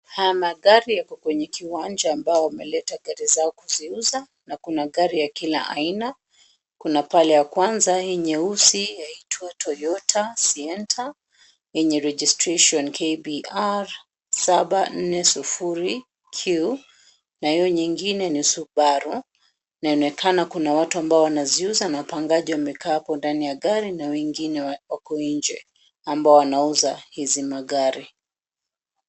Haya magari yako kwenye kiwanja ambao wameleta gari zao kuziuza na kuna gari ya kila aina. Kuna pale ya kwanza, nyeusi yaitwa Toyota Sienta yenye registration KBR 740Q, nayo nyingine ni Subaru. Inaonekana kuwa kuna watu ambao wanaziuza na wapangaji wamekaa hapo ndani ya gari na wengine wako nje, ambao wanauza hizi magari.